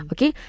Okay